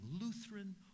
Lutheran